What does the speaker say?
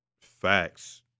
Facts